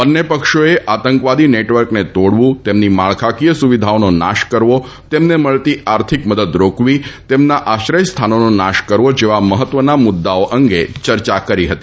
બંને પક્ષોએ આતંકવાદી નેટવર્કને તોડવું તેમની માળખાકીય સુવિધાઓનો નાશ કરવો તેમને મળતી આર્થિક મદદ રોકવી તેમના આશ્રયસ્થાનોનો નાશ કરવો જેવા મહત્વના મુદ્દાઓ અંગે ચર્ચા કરી હતી